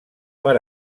per